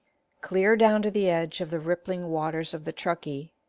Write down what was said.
clear down to the edge of the rippling waters of the truckee,